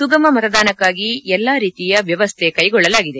ಸುಗಮ ಮತದಾನಕ್ಕಾಗಿ ಎಲ್ಲ ರೀತಿಯ ವ್ಲವಸ್ಥೆ ಕೈಗೊಳ್ಳಲಾಗಿದೆ